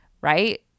right